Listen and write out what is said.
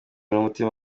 n’umutima